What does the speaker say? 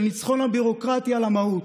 של ניצחון הביורוקרטיה על המהות.